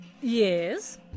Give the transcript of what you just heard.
Yes